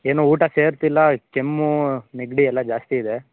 ಏನೂ ಊಟ ಸೇರ್ತಿಲ್ಲ ಕೆಮ್ಮು ನೆಗಡಿ ಎಲ್ಲ ಜಾಸ್ತಿ ಇದೆ